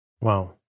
Wow